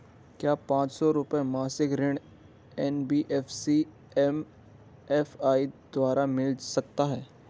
क्या पांच सौ रुपए मासिक ऋण एन.बी.एफ.सी एम.एफ.आई द्वारा मिल सकता है?